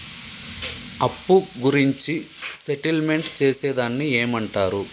అప్పు గురించి సెటిల్మెంట్ చేసేదాన్ని ఏమంటరు?